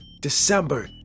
December